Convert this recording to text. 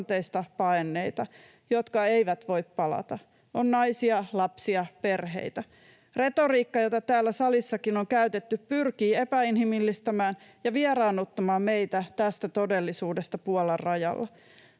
tilanteista paenneita, jotka eivät voi palata. On naisia, lapsia, perheitä. Retoriikka, jota täällä salissakin on käytetty, pyrkii epäinhimillistämään ja vieraannuttamaan meitä tästä todellisuudesta Puolan rajalla.